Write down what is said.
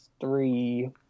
three